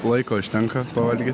laiko užtenka pavalgy